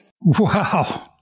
Wow